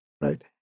right